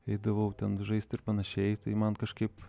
eidavau ten žaisti ir panašiai tai man kažkaip